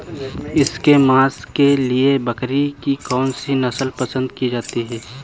इसके मांस के लिए बकरी की कौन सी नस्ल पसंद की जाती है?